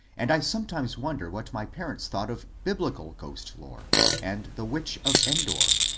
and i sometimes wonder what my parents thought of biblical ghost-lore and the witch of endor.